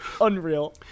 Unreal